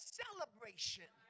celebration